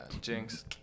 Jinx